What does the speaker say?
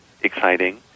Exciting